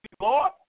Lord